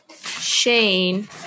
Shane